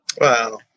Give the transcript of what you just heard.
Wow